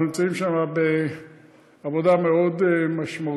אנחנו נמצאים שם בעבודה מאוד משמעותית,